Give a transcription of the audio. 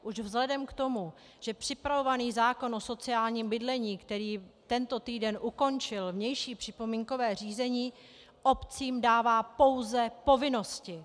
Už vzhledem k tomu, že připravovaný zákon o sociálním bydlení, který tento týden ukončil vnější připomínkové řízení, obcím dává pouze povinnosti.